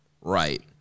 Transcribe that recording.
Right